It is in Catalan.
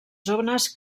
zones